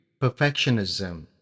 Perfectionism